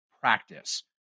practice